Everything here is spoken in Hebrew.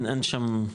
אין שם,